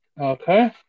Okay